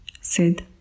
Sid